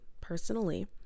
personally